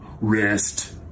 rest